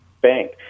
bank